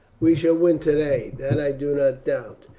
we shall win today, that i do not doubt.